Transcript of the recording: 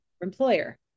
employer